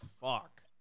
fuck